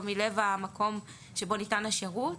או מלב המקום שבו ניתן השירות,